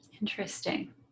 Interesting